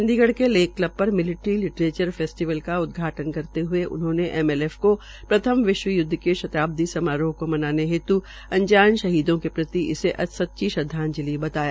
चंडीगढ़ के lake club पर military literature festival के का उदघाटन् करते हए उन्होंने एमएलएफ को प्रथम विश्वय्दव के शताब्दी समारोह को मनाते हुए अनजान शहीदों के प्रति इसे सच्ची श्रद्वाजंलि बताया